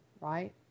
right